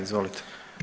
Izvolite.